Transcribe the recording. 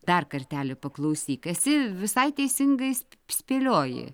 dar kartelį paklausyk esi visai teisingai spėlioji